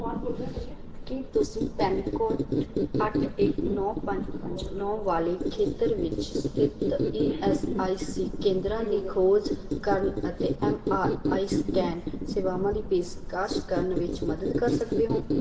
ਕੀ ਤੁਸੀਂ pin code ਅੱਠ ਇੱਕ ਨੌਂ ਪੰਜ ਪੰਜ ਨੌਂ ਵਾਲੇ ਖੇਤਰ ਵਿੱਚ ਸਥਿਤ ਈ ਐਸ ਆਈ ਸੀ ਕੇਂਦਰਾਂ ਦੀ ਖੋਜ ਕਰਨ ਅਤੇ ਐਮ ਆਰ ਆਈ ਸਕੈਨ ਸੇਵਾਵਾਂ ਦੀ ਪੇਸ਼ਕਸ਼ ਕਰਨ ਵਿੱਚ ਮਦਦ ਕਰ ਸਕਦੇ ਹੋ